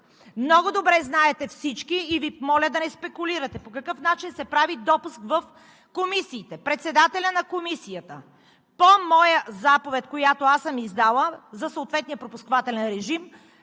Много добре знаете всички, и Ви моля да не спекулирате, по какъв начин се прави допуск в комисиите. Председателят на Комисията по моя заповед, която аз съм издала за съответния пропускателен режим,